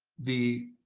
the